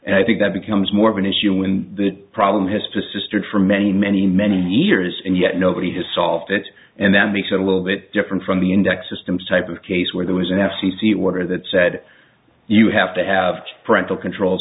and i think that becomes more of an issue when the problem has to sr for many many many years and yet nobody has solved it and that makes it a little bit different from the index systems type of case where there was an f c c order that said you have to have parental controls